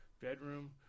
bedroom